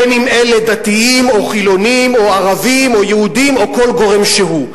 אם אלה דתיים או חילונים או ערבים או יהודים או כל גורם שהוא.